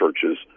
churches